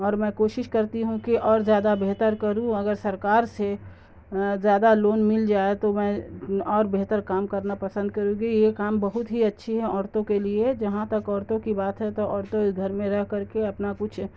اور میں کوشش کرتی ہوں کہ اور زیادہ بہتر کروں اگر سرکار سے زیادہ لون مل جائے تو میں اور بہتر کام کرنا پسند کروں گی یہ کام بہت ہی اچھی ہے عورتوں کے لیے جہاں تک عورتوں کی بات ہے تو عورتوں گھر میں رہ کر کے اپنا کچھ